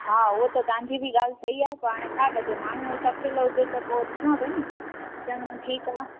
हा उहो त तव्हांजी ॻाल्हि बि सही आहे पर हाणे छा कजे माण्हू हिकु अकेलो हुजे त पोइ ॾिसणो खपे नि चङो ठीकु आहे